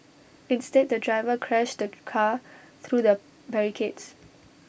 instead the driver crashed the car through the barricades